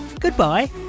goodbye